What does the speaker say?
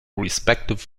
respective